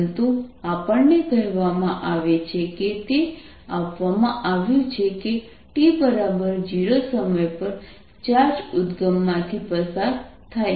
પરંતુ આપણને કહેવામાં આવે છે કે તે આપવામાં આવ્યું છે કે t0સમય પર ચાર્જ ઉદ્દગમ માંથી પસાર થાય છે